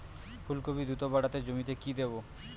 ফুলকপি দ্রুত বাড়াতে জমিতে কি দেবো?